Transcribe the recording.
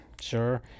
sure